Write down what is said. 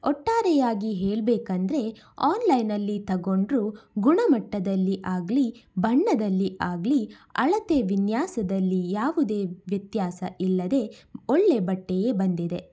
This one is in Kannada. ಒಟ್ಟಾರೆಯಾಗಿ ಹೇಳಬೇಕೆಂದರೆ ಆನ್ಲೈನಲ್ಲಿ ತಗೊಂಡ್ರೂ ಗುಣಮಟ್ಟದಲ್ಲಿ ಆಗಲಿ ಬಣ್ಣದಲ್ಲಿ ಆಗಲಿ ಅಳತೆ ವಿನ್ಯಾಸದಲ್ಲಿ ಯಾವುದೇ ವ್ಯತ್ಯಾಸ ಇಲ್ಲದೆ ಒಳ್ಳೆಯ ಬಟ್ಟೆಯೇ ಬಂದಿದೆ